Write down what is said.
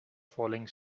falling